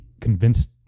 convinced